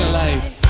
life